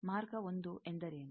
ಮಾರ್ಗ 1 ಎಂದರೇನು